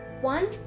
one